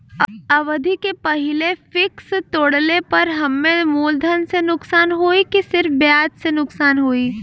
अवधि के पहिले फिक्स तोड़ले पर हम्मे मुलधन से नुकसान होयी की सिर्फ ब्याज से नुकसान होयी?